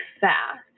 fast